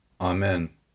Amen